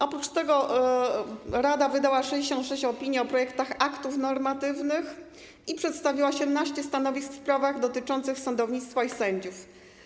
Oprócz tego rada wydała 66 opinii o projektach aktów normatywnych i przedstawiła 18 stanowisk w sprawach dotyczących sądownictwa i sędziów.